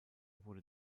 wurde